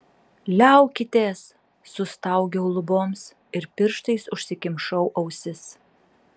liaukitės sustaugiau luboms ir pirštais užsikimšau ausis